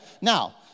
Now